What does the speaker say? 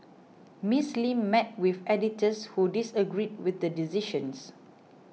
Miss Lim met with editors who disagreed with the decisions